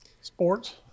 sports